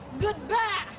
goodbye